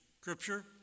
Scripture